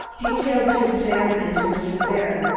detailed to examine into this affair.